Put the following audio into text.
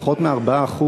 פחות מ-4%,